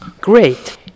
Great